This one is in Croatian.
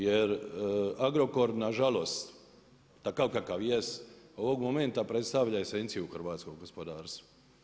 Jer Agrokor, nažalost, takav kakav jest, ovog momenta predstavlja esencija hrvatskog gospodarstva.